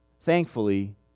thankfully